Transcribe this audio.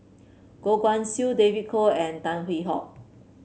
Goh Guan Siew David Kwo and Tan Hwee Hock